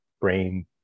brain